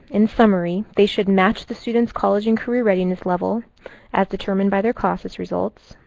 in summary, they should match the student's college and career readiness level as determined by their classes results